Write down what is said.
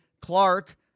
Clark